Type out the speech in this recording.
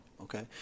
Okay